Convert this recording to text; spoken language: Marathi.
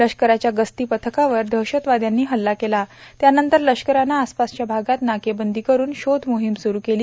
लष्कराच्या गस्ती पथकावर दहशतवाद्यांनी हल्ला केला त्यानंतर लष्करानं आसपासच्या भागात नाकेबंदी करून शोध मोहिम सुरू केली